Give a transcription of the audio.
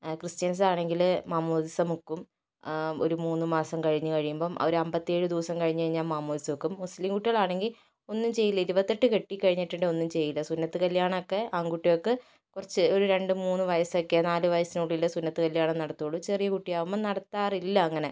കൃസ്റ്റ്യൻസാണെങ്കിൽ മാമോദിസ മുക്കും ഒരു മൂന്നു മാസം കഴിഞ്ഞ് കഴിയുമ്പം അവരമ്പത്തേഴ് ദിവസം കഴിഞ്ഞ് കഴിഞ്ഞാൽ മാമോദിസ മുക്കും മുസ്ലിം കുട്ടികളാണെങ്കിൽ ഒന്നും ചെയ്യില്ല ഇരുപത്തെട്ട് കെട്ടിക്കഴിഞ്ഞിട്ടുണ്ടേ ഒന്നും ചെയ്യില്ല സുന്നത്ത് കല്യാണമൊക്കെ ആൺകുട്ടികൾക്ക് കുറച്ച് ഒരു രണ്ടു മൂന്ന് വയസ്സൊക്കെ നാല് വയസ്സിനുള്ളിലെ സുന്നത്ത് കല്യാണം നടത്തുകയുളളൂ ചെറിയ കുട്ടിയാകുമ്പോൾ നടത്താറില്ല അങ്ങനെ